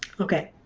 okay.